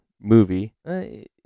movie